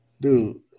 Dude